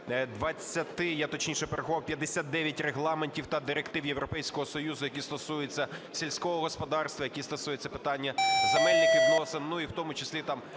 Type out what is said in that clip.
я точніше порахував, 59 регламентів та директив Європейського Союзу, які стосуються сільського господарства, які стосуються питання земельних відносин, і в тому числі, там,